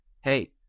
Hey